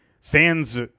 fans